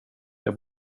jag